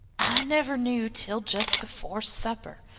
i never knew till jist before supper.